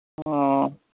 ꯑꯣ